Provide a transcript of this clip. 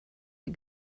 die